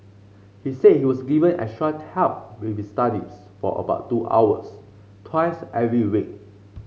he said he was given extra help with his studies for about two hours twice every week